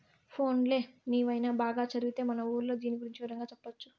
పోన్లే నీవైన బాగా చదివొత్తే మన ఊర్లో దీని గురించి వివరంగా చెప్పొచ్చు